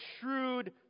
shrewd